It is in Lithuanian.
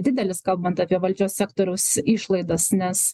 didelis kalbant apie valdžios sektoriaus išlaidas nes